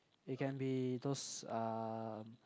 it can be those um